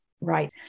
right